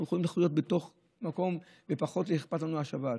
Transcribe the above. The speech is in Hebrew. אנחנו יכולים לחיות בתוך מקום שבו פחות אכפת לנו השבת.